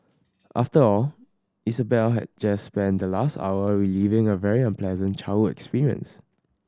after all Isabel had just spent the last hour reliving a very unpleasant childhood experience